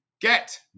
get